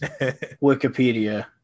Wikipedia